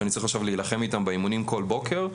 שאני צריך עכשיו להילחם איתם באימונים כל בוקר,